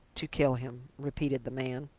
to kill him, repeated the man.